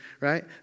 right